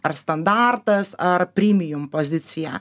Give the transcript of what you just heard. ar standartas ar primijum pozicija